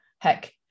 heck